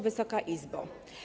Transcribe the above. Wysoka Izbo!